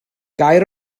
gair